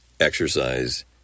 exercise